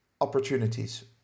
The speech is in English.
opportunities